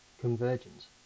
Convergence